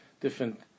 different